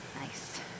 Nice